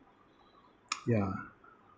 ya